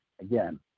again